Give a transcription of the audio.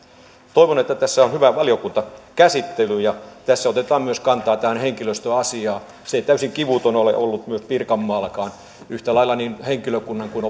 toivon että tässä on hyvä valiokuntakäsittely ja että otetaan myös kantaa tähän henkilöstöasiaan se ei täysin kivuton ole ollut ollut pirkanmaallakaan yhtä lailla niin henkilökunnan kuin